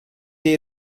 dei